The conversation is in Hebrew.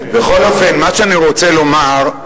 בכל אופן, מה שאני רוצה לומר,